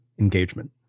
engagement